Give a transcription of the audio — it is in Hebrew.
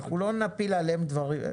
אנחנו לא נפיל עליהם דברים.